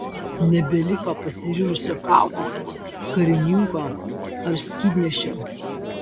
nebeliko pasiryžusio kautis karininko ar skydnešio